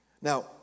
Now